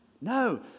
no